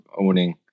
owning